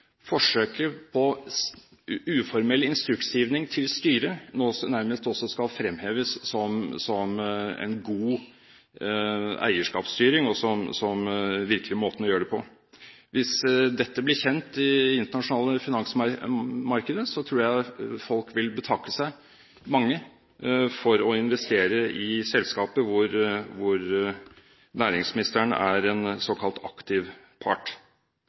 forsøket på uformell instruksgivning til styret nå nærmest også skal fremheves som en god eierskapsstyring, og som virkelig er måten å gjøre det på. Hvis dette blir kjent i det internasjonale finansmarkedet, tror jeg at mange vil betakke seg for å investere i selskaper, hvor næringsministeren er en såkalt aktiv part.